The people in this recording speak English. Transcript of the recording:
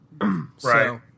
Right